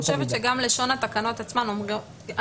אני חושבת שגם לשון התקנה עצמה אומרת